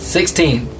Sixteen